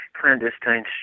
clandestine